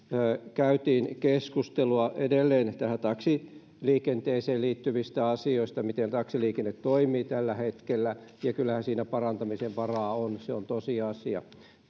keskustelua edelleen taksiliikenteeseen liittyvistä asioista siitä miten taksiliikenne toimii tällä hetkellä ja kyllähän siinä parantamisen varaa on se on tosiasia